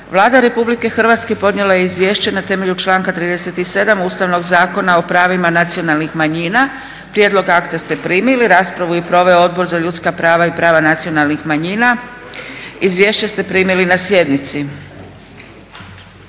Vlada Republike Hrvatske podnijela je izvješće na temelju članka 37. Ustavnoga zakona o pravima nacionalnih manjina. Prijedlog akta ste primili. Raspravu je proveo Odbor za ljudska prava i prava nacionalnih manjina. Izvješće ste primili na sjednici.